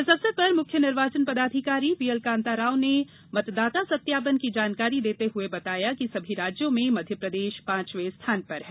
इस अवसर पर मुख्य निर्वाचन पदाधिकारी व्ही एल कान्ताराव ने मतदाता सत्यापन की जानकारी देते हुए बताया कि सभी राज्यों में मध्यप्रदेश पाँचवे स्थान पर है